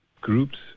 groups